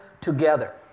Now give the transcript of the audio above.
together